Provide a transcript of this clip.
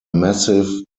massive